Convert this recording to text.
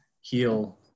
heal